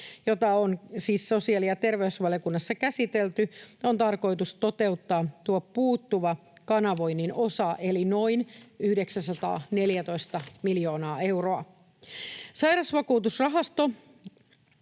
jota on siis sosiaali- ja terveysvaliokunnassa käsitelty, on tarkoitus toteuttaa tuo puuttuva kanavoinnin osa eli noin 914 miljoonaa euroa. Sairausvakuutusrahasto